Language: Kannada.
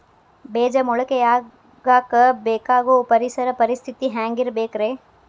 ಬೇಜ ಮೊಳಕೆಯಾಗಕ ಬೇಕಾಗೋ ಪರಿಸರ ಪರಿಸ್ಥಿತಿ ಹ್ಯಾಂಗಿರಬೇಕರೇ?